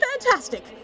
Fantastic